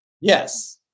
Yes